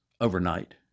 overnight